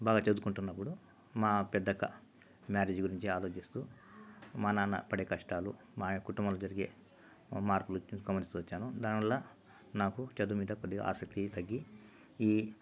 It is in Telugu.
బాగా చదువుకుంటున్నప్పుడు మా పెద్దక్క మ్యారేజ్ గురించి ఆలోచిస్తూ మా నాన్న పడే కష్టాలు మా కుటుంబంలో జరిగే మార్పులు గమనిస్తూ వచ్చాను దానివల్ల నాకు చదువు మీద కొద్దిగ ఆసక్తి తగ్గి ఈ